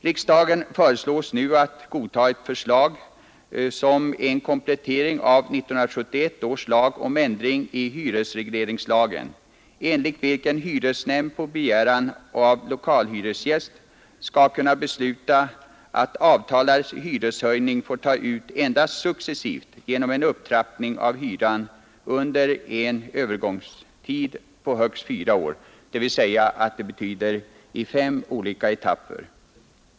Riksdagen föreslås nu godta ett förslag som en komplettering av 1971 års lag om ändring i hyresregleringslagen, enligt vilken hyresnämnd på begäran av lokalhyresgäst skall kunna besluta att avtalad hyreshöjning får tas ut endast successivt genom en upptrappning av hyran under en övergångstid på högst fyra år, dvs. i högst fem etapper.